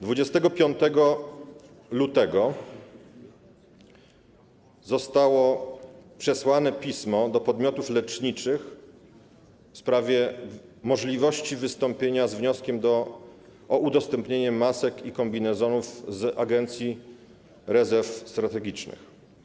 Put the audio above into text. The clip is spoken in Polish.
25 lutego zostało przesłane pismo do podmiotów leczniczych w sprawie możliwości wystąpienia z wnioskiem o udostępnienie masek i kombinezonów z Agencji Rezerw Strategicznych.